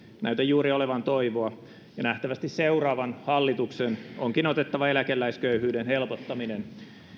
näytä juuri olevan toivoa ja nähtävästi seuraavan hallituksen onkin otettava eläkeläisköyhyyden helpottaminen